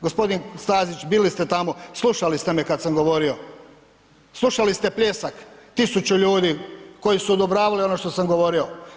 G. Stazić, bili ste tamo, slušali ste me kad sam govorio, slušali ste pljesak tisuću ljudi koji su odobravali ono što sam govorio.